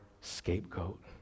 scapegoat